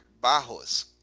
Barros